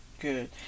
good